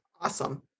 Awesome